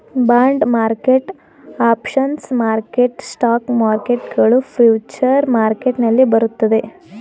bond market, options market, stock market ಗಳು future market ನಲ್ಲಿ ಬರುತ್ತದೆ